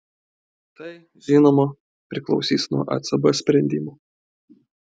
tai žinoma priklausys nuo ecb sprendimo